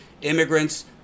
Immigrants